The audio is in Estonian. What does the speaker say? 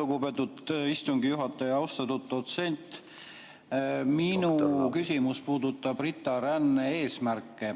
lugupeetud istungi juhataja! Austatud dotsent! Minu küsimus puudutab RITA-rände eesmärke.